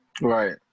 right